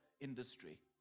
industry